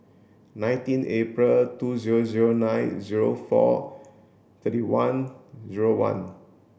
nineteen April two zero zero nine zero four thirty one zero one